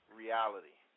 reality